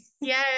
Yes